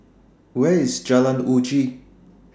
Where IS Jalan Uji